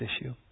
issue